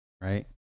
right